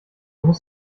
muss